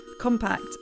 compact